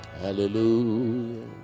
hallelujah